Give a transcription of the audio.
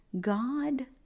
God